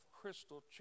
crystal